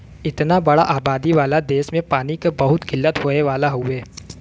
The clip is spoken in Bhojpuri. इतना बड़ा आबादी वाला देस में पानी क बहुत किल्लत होए वाला हउवे